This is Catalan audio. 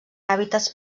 hàbitats